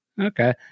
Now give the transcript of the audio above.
okay